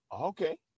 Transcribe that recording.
Okay